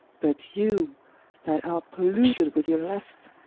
but you that are polluted with your lustes,